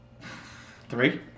Three